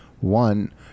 One